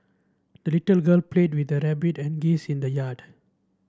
the little girl played with her rabbit and geese in the yard